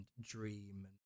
dream